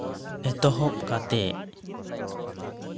ᱮᱛᱚᱦᱚᱵ ᱠᱟᱛᱮᱜ